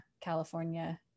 California